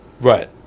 right